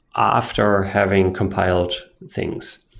after having compiled things.